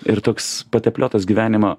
ir toks patepliotas gyvenimo